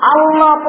Allah